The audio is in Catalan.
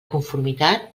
conformitat